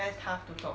orh